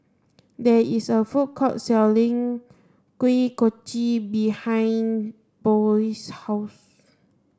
there is a food court selling Kuih Kochi behind Boyd's house